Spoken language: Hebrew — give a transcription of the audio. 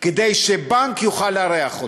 כדי שבנק יוכל לארח אותו.